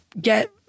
get